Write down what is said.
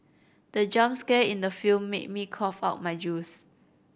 the jump scare in the film made me cough out my juice